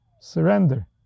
surrender